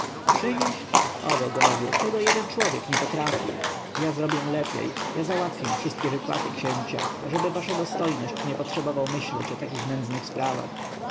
przynieść o bogowie tego jeden człowiek nie potrafi ja zrobię lepiej ja załatwię wszystkie wypłaty księcia ażebyś wasza dostojność nie potrzebował myśleć o takich nędznych sprawach